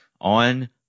on